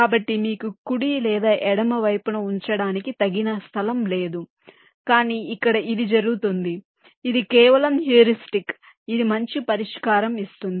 కాబట్టి మీకు కుడి లేదా ఎడమ వైపున ఉంచడానికి తగినంత స్థలం లేదు కానీ ఇక్కడ ఇది జరుగుతుంది కాబట్టి ఇది కేవలం హ్యూరిస్టిక్ ఇది మంచి పరిష్కారం ఇస్తుంది